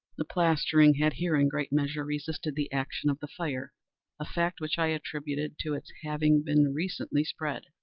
the plastering had here, in great measure, resisted the action of the fire a fact which i attributed to its having been recently spread.